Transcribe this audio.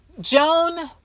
Joan